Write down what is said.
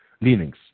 leanings